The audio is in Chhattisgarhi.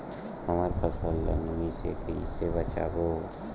हमर फसल ल नमी से क ई से बचाबो?